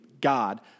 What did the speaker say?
God